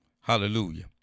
hallelujah